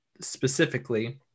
specifically